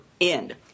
end